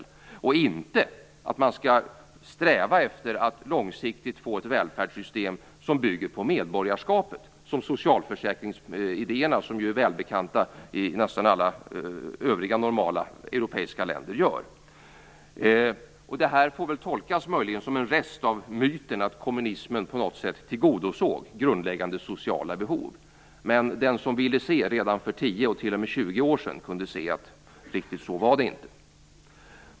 Hon tycker inte att man skall sträva efter att långsiktigt få ett välfärdssystem som bygger på medborgarskapet, vilket socialförsäkringsidéerna, som är välbekanta i nästan alla övriga normala europeiska länder, gör. Det här får möjligen tolkas som en rest av myten att kommunismen på något sätt tillgodosåg grundläggande sociala behov. Men den som ville se redan för 10 och t.o.m. för 20 år sedan kunde se att det inte var riktigt så.